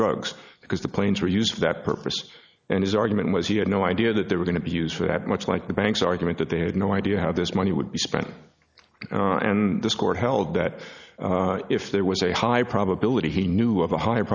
drugs because the planes were used for that purpose and his argument was he had no idea that they were going to be used for that much like the bank's argument that they had no idea how this money would be spent and this court held that if there was a high probability he knew of a higher